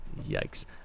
yikes